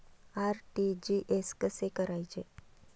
RTGS कसे करायचे?